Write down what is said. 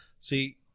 See